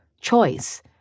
choice